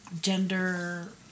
gender